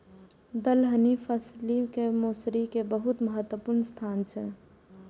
दलहनी फसिल मे मौसरी के बहुत महत्वपूर्ण स्थान छै